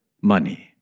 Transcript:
money